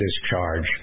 discharge